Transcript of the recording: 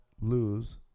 lose